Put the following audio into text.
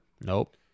Nope